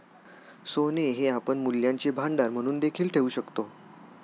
सोने हे आपण मूल्यांचे भांडार म्हणून देखील ठेवू शकतो